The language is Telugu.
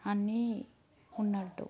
అన్నీ ఉన్నట్టు